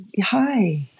hi